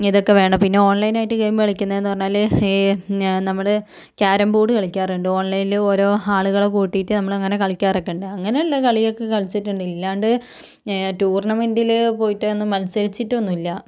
ഇതൊക്കെ വേണ്ട പിന്നെ ഓൺലൈനായിട്ട് ഗെയിംമ് കളിക്കുന്നതെന്ന് പറഞ്ഞാല് നമ്മള് ക്യാരം ബോഡ് കളിക്കാറ്ണ്ട് ഓൺലൈൻല് ഓരോ ആളുകളെ കൂട്ടീട്ട് നമ്മളങ്ങനെ കളിക്കാറക്കെണ്ട് അങ്ങനെയുള്ള കളിയൊക്കെ കളിച്ചിട്ട്ണ്ട് ഇല്ലാണ്ട് ടൂർണ്ണമെൻറ്റില് പോയിട്ടൊന്നും മത്സരിച്ചിട്ടൊന്നൂല്ല